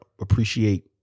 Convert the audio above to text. appreciate